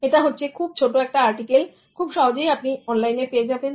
এটা হচ্ছে খুব ছোট একটা আর্টিকেল খুব সহজেই আপনি অনলাইনে পেয়ে যাবেন